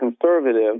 conservative